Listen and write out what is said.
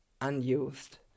unused